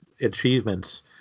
achievements